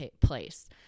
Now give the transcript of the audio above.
place